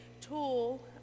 tool